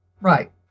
Right